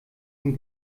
den